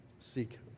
seek